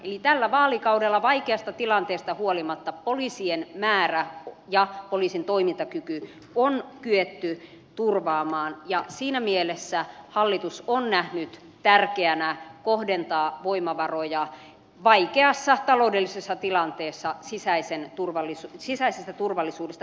eli tällä vaalikaudella vaikeasta tilanteesta huolimatta poliisien määrä ja poliisin toimintakyky on kyetty turvaamaan ja siinä mielessä hallitus on nähnyt tärkeäksi kohdentaa voimavaroja vaikeassa taloudellisessa tilanteessa sisäisestä turvallisuudesta huolehtimiseen